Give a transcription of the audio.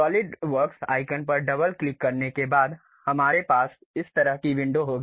SolidWorks icon पर double click करने के बाद हमारे पास इस तरह की विंडो होगी